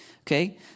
Okay